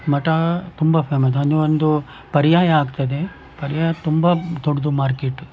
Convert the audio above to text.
ಮಠ ತುಂಬ ಫೇಮದ್ ಅಲ್ಲಿ ಒಂದು ಪರ್ಯಾಯ ಆಗ್ತದೆ ಪರ್ಯಾಯ ತುಂಬ ದೊಡ್ಡದು ಮಾರ್ಕೇಟು